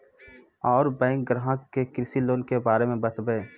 और बैंक ग्राहक के कृषि लोन के बारे मे बातेबे?